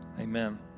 Amen